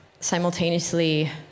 simultaneously